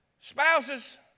Spouses